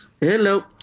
hello